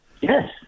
Yes